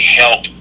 help